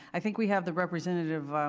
i think we have the representative